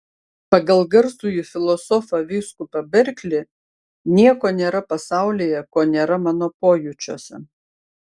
pagal garsųjį filosofą vyskupą berklį nieko nėra pasaulyje ko nėra mano pojūčiuose